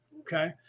okay